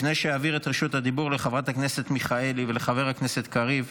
לפני שאעביר את רשות הדיבור לחברת הכנסת מיכאלי ולחבר הכנסת קריב,